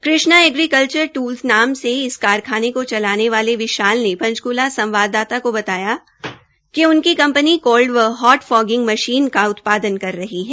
Krishna agriculture tool नाम से इस कारखाने को चलाने वाले विशाल ने पंचकूला संवाददाता को बताया कि उनकी कंपनी कोल्ड व हॉट फॉगिग मशीन का उत्पादन कर रही है